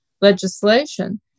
legislation